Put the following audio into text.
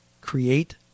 create